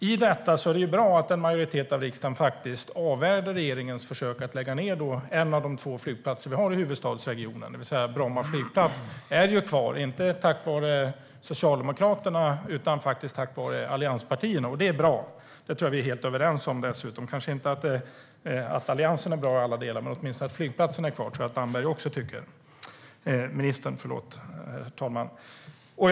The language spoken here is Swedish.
I detta är det bra att en majoritet av riksdagen avvärjde regeringens försök att lägga ned en av de två flygplatser vi har i huvudstadsregionen, det vill säga Bromma flygplats. Den är kvar inte tack vare Socialdemokraterna utan tack vare allianspartierna. Det är bra. Det tror jag dessutom vi är helt överens om. Det gäller kanske inte att Alliansen är bra i alla delar, men att åtminstone flygplatsen är kvar tror jag att också ministern tycker är bra.